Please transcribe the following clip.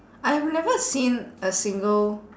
I've never seen a single